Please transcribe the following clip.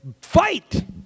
Fight